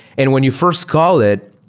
and when you first call it,